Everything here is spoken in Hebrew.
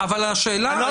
האם לא